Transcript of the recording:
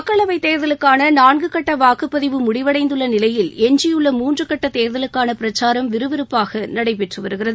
மக்களவை தேர்தலுக்கான நான்கு கட்ட வாக்குப்பதிவு முடிவடைந்துள்ள நிலையில் எஞ்சியுள்ள மூன்று கட்ட தேர்தலுக்கான பிரச்சாரம் விறுவிறுப்பாக நடைபெற்று வருகிறது